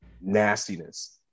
nastiness